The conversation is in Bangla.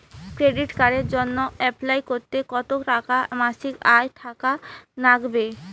ক্রেডিট কার্ডের জইন্যে অ্যাপ্লাই করিতে কতো টাকা মাসিক আয় থাকা নাগবে?